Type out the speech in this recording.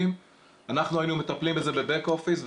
אנחנו היינו מטפלים בזה בבאק-אופיס,